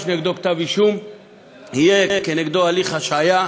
נגדו כתב-אישום יהיה כנגדו הליך השעיה,